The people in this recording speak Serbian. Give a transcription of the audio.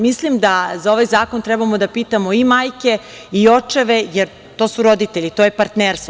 Mislim da za ovaj zakon trebamo da pitamo i majke i očeve, jer to su roditelji, to je partnerstvo.